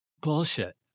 Bullshit